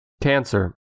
Cancer